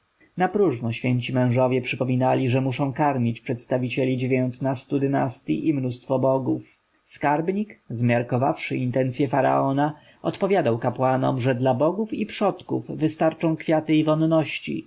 napróżno święci mężowie przypominali że muszą karmić przedstawicieli dziewiętnastu dynastyj i mnóstwo bogów skarbnik zmiarkowawszy intencje faraona odpowiadał kapłanom że dla bogów i przodków wystarczą kwiaty i wonności